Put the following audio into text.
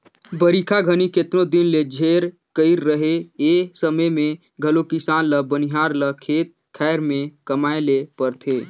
बरिखा घनी केतनो दिन ले झेर कइर रहें ए समे मे घलो किसान ल बनिहार ल खेत खाएर मे कमाए ले परथे